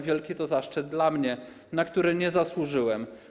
Wielki to zaszczyt dla mnie, na który nie zasłużyłem.